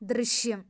ദൃശ്യം